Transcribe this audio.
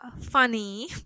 funny